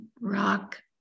rock